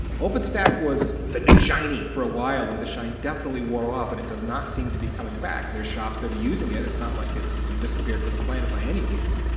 openstack was the new shiny for a while and the shine definitely wore off and it does not seem to be coming back. there are shops that are using it, it's not like it's you know disappeared from the planet by any means.